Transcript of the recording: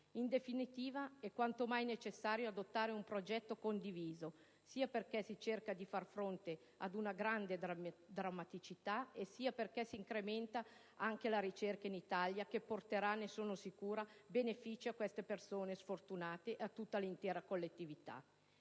In definitiva, è quanto mai necessario adottare un progetto condiviso, sia perché si cerca di far fronte ad un grande dramma, sia perché si incrementa la ricerca in Italia, che porterà, ne sono sicura, benefici a queste persone sfortunate e all'intera collettività.